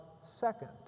second